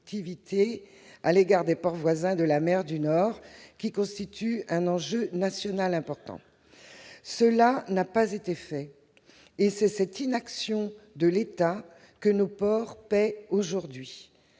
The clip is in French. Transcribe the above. à l'égard des ports voisins de la mer du Nord. Bien qu'il s'agisse d'un enjeu national important, cela n'a pas été fait. C'est cette inaction de l'État que nos ports paient aujourd'hui.